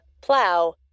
plow